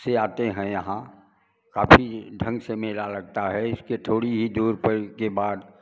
से आते हैं यहाँ काफ़ी ढंग से मेला लगता है इसके थोड़ी ही दूर पे के बाद